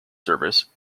service